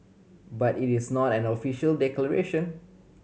but it is not an official declaration